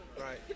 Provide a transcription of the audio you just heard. Right